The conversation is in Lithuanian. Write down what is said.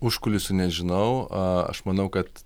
užkulisių nežinau a aš manau kad